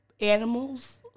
animals